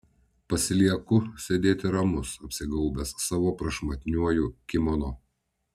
pasilieku sėdėti ramus apsigaubęs savo prašmatniuoju kimono